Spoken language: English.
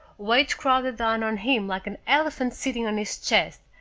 weight crowded down on him like an elephant sitting on his chest,